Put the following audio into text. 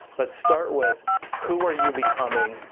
but start with who are you becoming?